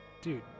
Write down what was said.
Dude